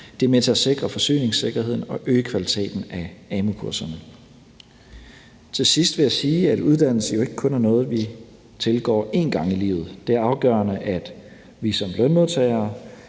Det er med til at sikre forsyningssikkerheden og øge kvaliteten af amu-kurserne. Til sidst vil jeg sige, at uddannelse jo ikke kun er noget, vi tilgår én gang i livet. Det er afgørende, at vi som lønmodtagere